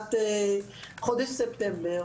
מתחילת חודש ספטמבר.